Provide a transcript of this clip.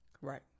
right